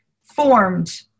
formed